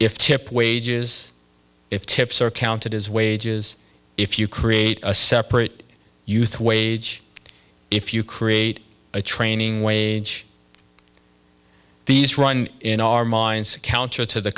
if tip wages if tips are counted as wages if you create a separate youth wage if you create a training wage these run in our minds counter to